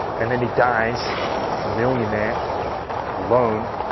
and then he dies a millionaire alone,